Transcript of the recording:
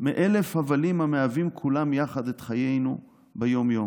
מאלף 'הבלים', המהווים כולם יחד את חיינו היומיים.